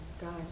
God